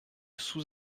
sous